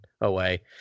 away